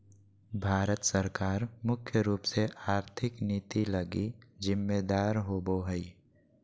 भारत सरकार मुख्य रूप से आर्थिक नीति लगी जिम्मेदर होबो हइ